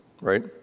right